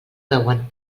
veuen